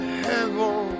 heaven